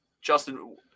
Justin